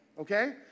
okay